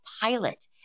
pilot